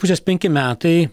pusės penki metai